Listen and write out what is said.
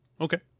Okay